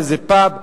מאיזה פאב,